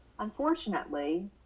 Unfortunately